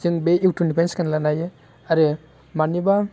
जों बे इउटुबनिफ्राइ सिखायनानै लानो हायो आरो मानिबा